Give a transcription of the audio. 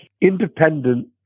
independent